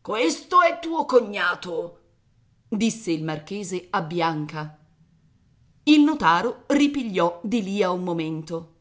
questo è tuo cognato disse il marchese a bianca il notaro ripigliò di lì a un momento